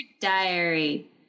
diary